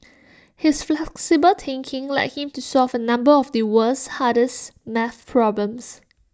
his flexible thinking led him to solve A number of the world's hardest math problems